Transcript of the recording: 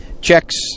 checks